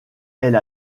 elle